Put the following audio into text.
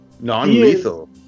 Non-lethal